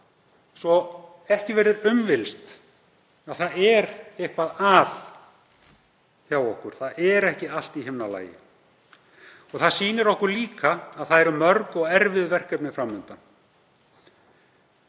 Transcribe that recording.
að ekki verður um villst að það er eitthvað að hjá okkur. Það er ekki allt í himnalagi. Það sýnir okkur líka að mörg og erfið verkefni eru fram undan.